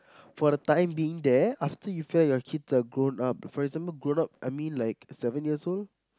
for the time being there after you've felt your kids are grown up for example grown up I mean like seven years old